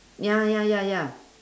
ya ya ya ya